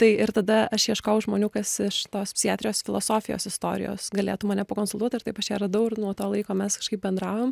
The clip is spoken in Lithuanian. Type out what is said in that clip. tai ir tada aš ieškojau žmonių kas iš tos psichiatrijos filosofijos istorijos galėtų mane pakonsultuot ir taip aš ją radau ir nuo to laiko mes kažkaip bendraujam